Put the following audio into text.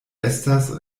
estas